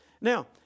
Now